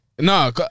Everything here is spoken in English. No